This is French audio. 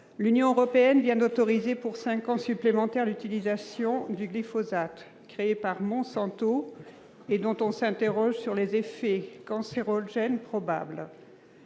L'Union européenne vient d'autoriser pour cinq ans supplémentaires l'utilisation du glyphosate, créé par Monsanto et dont on s'interroge sur les effets cancérogènes probables.